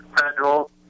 federal